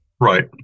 Right